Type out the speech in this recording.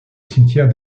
cimetière